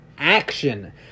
Action